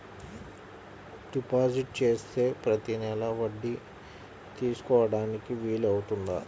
Deposit చేస్తే ప్రతి నెల వడ్డీ తీసుకోవడానికి వీలు అవుతుందా?